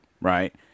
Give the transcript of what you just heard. right